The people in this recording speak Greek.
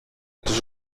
τους